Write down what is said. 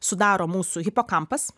sudaro mūsų hipokampas